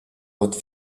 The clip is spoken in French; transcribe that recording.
haute